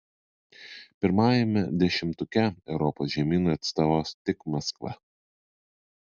pirmajame dešimtuke europos žemynui atstovaus tik maskva